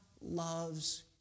loves